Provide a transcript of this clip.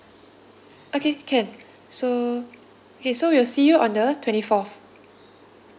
okay can so okay so we will see you on the twenty fourth